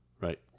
Right